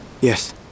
Yes